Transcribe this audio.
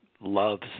loves